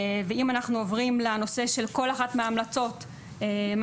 ואם אנחנו עוברים לנושא של כל אחת מההמלצות מה